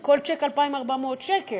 כל צ'ק 2,400 שקל.